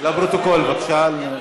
לפרוטוקול, בבקשה.